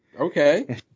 okay